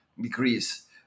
decrease